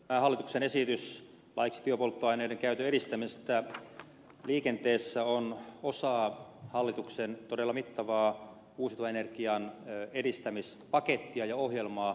tämä hallituksen esitys laiksi biopolttoaineiden käytön edistämisestä liikenteessä on osa hallituksen todella mittavaa uusiutuvan energian edistämispakettia ja ohjelmaa